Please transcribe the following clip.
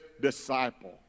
Disciple